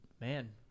Man